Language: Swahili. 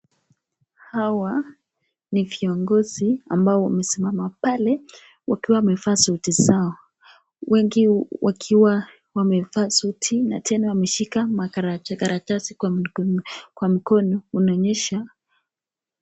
Hawa ni viongozi ambao wamesimama pale wakiwa wamevaa suti zao. Wengi wakiwa wamevaa suti na tena wameshika makaratasi kwa mkono unaonyesha.